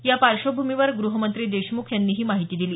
या पार्श्वभूमीवर ग्रहमंत्री देशमुख यांनी ही माहिती दिली